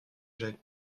jacques